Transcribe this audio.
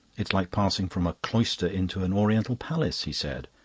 it's like passing from a cloister into an oriental palace, he said,